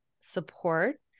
support